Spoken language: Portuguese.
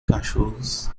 cachorros